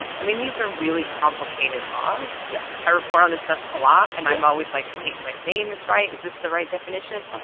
i mean, these are really complicated laws yeah i report on this stuff a lot. yeah and i'm always, like, wait, am i saying this right? is this the right definition?